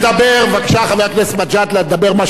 בבקשה, חבר הכנסת מג'אדלה, תדבר מה שאתה רוצה.